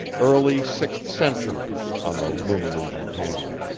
early sixth-century on the lumillusion panel.